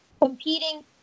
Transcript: competing